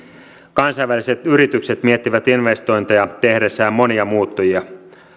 kansainväliset yritykset miettivät investointeja tehdessään monia muuttujia